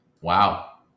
wow